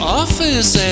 office